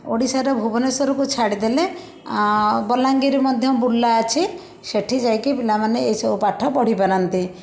ଓଡ଼ିଶାର ଭୁବନେଶ୍ୱର କୁ ଛାଡ଼ିଦେଲେ ବଲାଙ୍ଗୀର ମଧ୍ୟ ବୁର୍ଲା ଅଛି ସେଇଠି ଯାଇଁକି ପିଲାମାନେ ଏଇସବୁ ପାଠ ପଢ଼ିପାରନ୍ତି